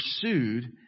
pursued